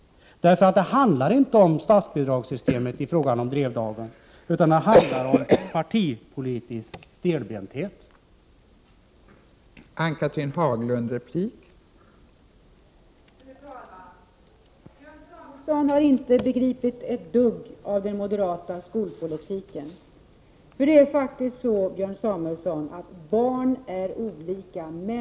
Det handlar nämligen inte om statsbidragssystemet när det gäller Drevdagen, utan det handlar om partipolitisk stelbenthet.